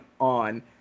on